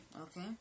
Okay